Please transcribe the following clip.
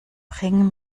bring